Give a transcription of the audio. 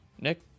Nick